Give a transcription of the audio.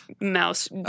Mouse